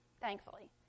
thankfully